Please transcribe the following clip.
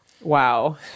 Wow